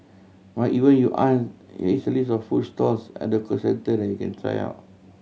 but even you aren't here is a list of food stalls and concern centre you can try on